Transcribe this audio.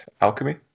alchemy